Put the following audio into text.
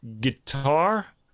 guitar